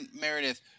Meredith